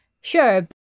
Sure